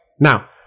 now